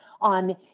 on